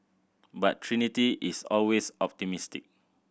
but Trinity is always optimistic